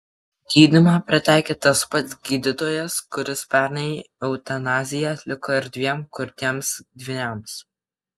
gydymą pritaikė tas pats gydytojas kuris pernai eutanaziją atliko ir dviem kurtiems dvyniams